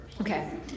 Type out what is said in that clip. Okay